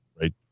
right